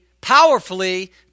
powerfully